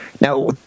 Now